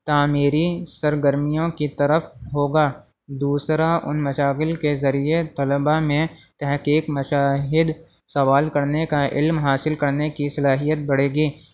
تعمیری سرگرمیوں کی طرف ہوگا دوسرا ان مشاغل کے ذریعے طلباء میں تحقیق مشاہد سوال کرنے کا علم حاصل کرنے کی صلاحیت بڑھے گی